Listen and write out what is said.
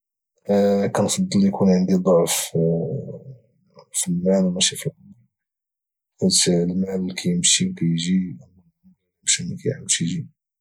كنفضل يكون عندي ضعف في المال ماشي في العمر حيت المال كايمشي وكايجي اما العمر الى مشى ما كايعاودش يجي